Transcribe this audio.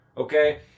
okay